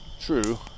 True